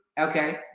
Okay